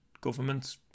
government